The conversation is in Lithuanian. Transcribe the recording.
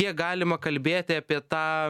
kiek galima kalbėti apie tą